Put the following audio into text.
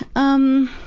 um,